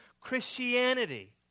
Christianity